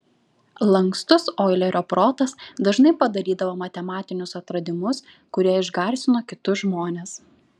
lankstus oilerio protas dažnai padarydavo matematinius atradimus kurie išgarsino kitus žmones